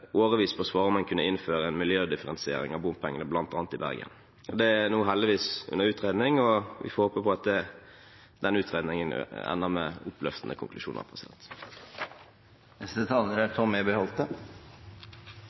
årevis på å svare på om en kunne innføre en miljødifferensiering av bompengene bl.a. i Bergen. Det er nå heldigvis under utredning, og vi får håpe på at den utredningen ender med oppløftende konklusjoner.